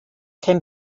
came